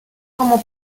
como